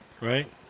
right